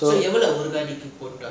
எவ்ளோ ஒரு வட்டிக்கு போட:evlo oru vaatiku pota